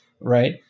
right